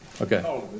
okay